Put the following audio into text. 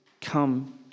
come